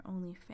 OnlyFans